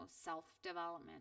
self-development